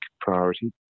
priority